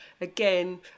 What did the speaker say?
again